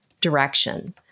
direction